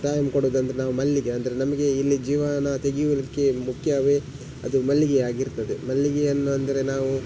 time ಕೊಡೋದಂದರೆ ನಾವು ಮಲ್ಲಿಗೆ ಅಂದರೆ ನಮಗೆ ಇಲ್ಲಿ ಜೀವನ ತೆಗೆಯೂದಕ್ಕೆ ಮುಖ್ಯವೇ ಅದು ಮಲ್ಲಿಗೆ ಆಗಿರ್ತದೆ ಮಲ್ಲಿಗೆಯನ್ನು ಅಂದರೆ ನಾವು